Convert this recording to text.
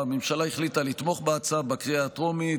הממשלה החליטה לתמוך בהצעה בקריאה הטרומית,